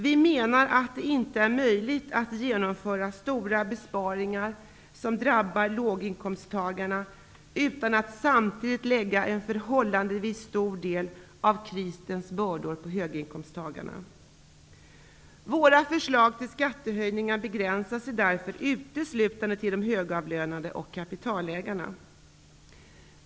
Vi menar att det inte är möjligt att genomföra stora besparingar som drabbar låginkomsttagarna utan att samtidigt lägga en förhållandevis stor del av krisens bördor på höginkomsttagarna. Våra förslag till skattehöjningar begränsar sig därför uteslutande till de högavlönade och kapitalägarna.